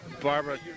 Barbara